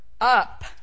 up